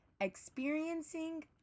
Experiencing